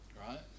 Right